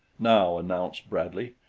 now, announced bradley,